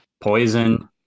Poison